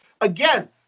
Again